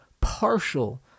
partial